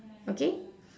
okay